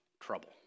trouble